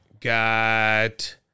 got